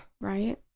right